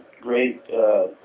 great